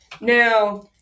Now